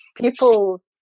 people